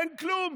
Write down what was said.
אין כלום.